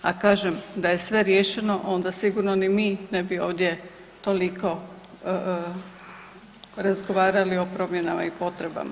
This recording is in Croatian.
A kažem, da je sve riješeno, onda sigurno ni mi ne bi ovdje toliko razgovarali o promjenama i potrebama.